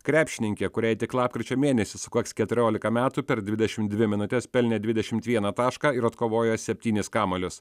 krepšininkė kuriai tik lapkričio mėnesį sukaks keturiolika metų per dvidešimt dvi minutes pelnė dvidešimt vieną tašką ir atkovojo septynis kamuolius